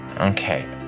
okay